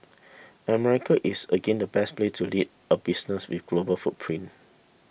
America is again the best place to lead a business with a global footprint